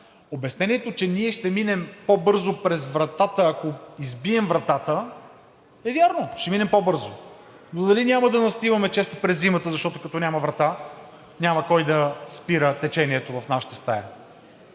обяснението, че ние ще минем по-бързо през вратата, ако избием вратата, е вярно – ще минем по-бързо, но дали няма да настиваме често през зимата, защото, като няма врата, няма кой да спира течението в нашата стая?!